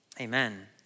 Amen